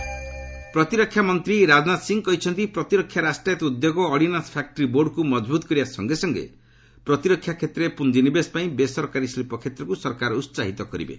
ରାଜନାଥ ସିଂହ ପ୍ରତିରକ୍ଷା ମନ୍ତ୍ରୀ ରାଜନାଥ ସିଂହ କହିଛନ୍ତି ପ୍ରତିରକ୍ଷା ରାଷ୍ଟ୍ରାୟତ ଉଦ୍ୟୋଗ ଓ ଅଡିନାନ୍ୱ ଫ୍ୟାକ୍ତି ବୋର୍ଡ୍କୁ ମଜବୁତ୍ କରିବା ସଙ୍ଗେ ସଙ୍ଗେ ପ୍ରତିରକ୍ଷା କ୍ଷେତ୍ରରେ ପୁଞ୍ଜିନିବେଶ ପାଇଁ ବେସରକାରୀ ଶିଳ୍ପ କ୍ଷେତ୍ରକୁ ସରକାର ଉତ୍ସାହିତ କରିବେ